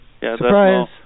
Surprise